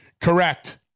Correct